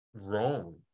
wrong